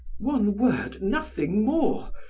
one word, nothing more.